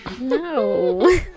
No